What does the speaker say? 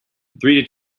three